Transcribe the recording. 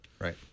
Right